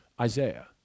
Isaiah